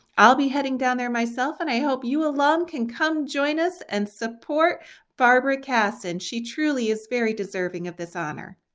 i'll be heading down there myself and i hope you alum can come join us and support barbara cassin. she truly is very deserving of this honor.